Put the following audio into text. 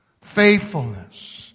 Faithfulness